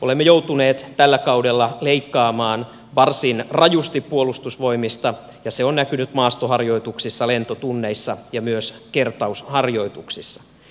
olemme joutuneet tällä kaudella leikkaamaan varsin rajusti puolustusvoimista ja se on näkynyt maastoharjoituksissa lentotunneissa ja myös kertausharjoituksissa